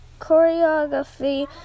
Choreography